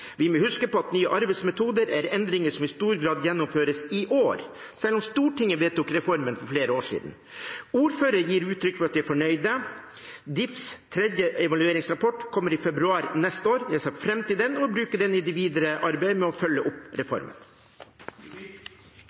Vi må huske på at nye arbeidsmetoder er endringer som i stor grad gjennomføres i år, selv om Stortinget vedtok reformen for flere år siden. Ordførere gir uttrykk for at de er fornøyde. Difis tredje evalueringsrapport kommer i februar neste år. Jeg ser fram til den og vil bruke den i det videre arbeidet med å følge opp reformen.